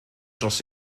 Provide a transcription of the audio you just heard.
dros